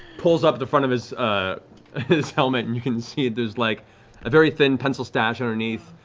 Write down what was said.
pulls up the front of his ah his helmet. and you can see there's like a very thin pencil stache underneath.